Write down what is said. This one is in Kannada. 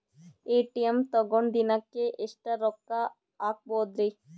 ಎ.ಟಿ.ಎಂ ತಗೊಂಡ್ ದಿನಕ್ಕೆ ಎಷ್ಟ್ ರೊಕ್ಕ ಹಾಕ್ಬೊದ್ರಿ?